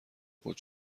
خود